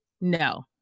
no